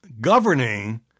Governing